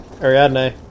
Ariadne